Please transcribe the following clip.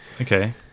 Okay